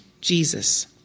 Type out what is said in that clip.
Jesus